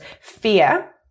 fear